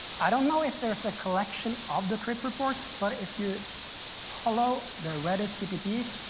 i don't know if there's a collection of the trip reports, but if you follow the reddit cpp,